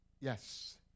Yes